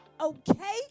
okay